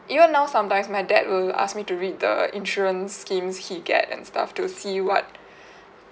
even now sometimes my dad will ask me to read the insurance schemes he get and stuff to see what